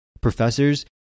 professors